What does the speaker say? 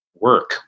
work